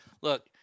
look